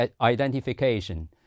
identification